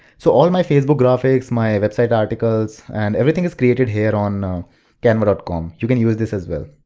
so all my facebook graphics, my website articles and everything is created here on canva com. you can use this as well.